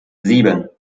sieben